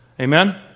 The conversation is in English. Amen